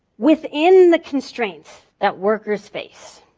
within the constraints that workers face,